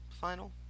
final